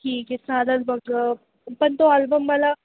ठीक आहे चालेल मग पण तो अल्बम मला